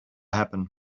happen